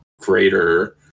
greater